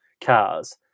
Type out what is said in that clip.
cars